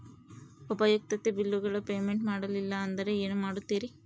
ಉಪಯುಕ್ತತೆ ಬಿಲ್ಲುಗಳ ಪೇಮೆಂಟ್ ಮಾಡಲಿಲ್ಲ ಅಂದರೆ ಏನು ಮಾಡುತ್ತೇರಿ?